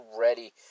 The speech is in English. ready